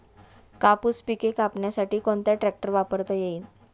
कापूस पिके कापण्यासाठी कोणता ट्रॅक्टर वापरता येईल?